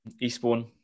Eastbourne